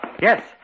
Yes